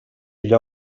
gli